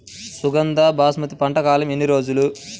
సుగంధ బాస్మతి పంట కాలం ఎన్ని రోజులు?